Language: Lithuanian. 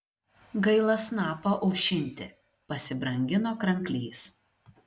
gaila snapą aušinti pasibrangino kranklys